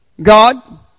God